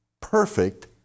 perfect